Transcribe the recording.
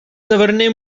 taverner